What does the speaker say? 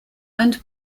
and